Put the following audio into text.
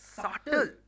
Subtle